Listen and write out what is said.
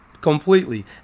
completely